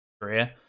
career